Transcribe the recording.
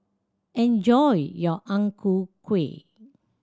enjoy your Ang Ku Kueh